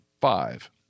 five